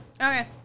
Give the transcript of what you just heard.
Okay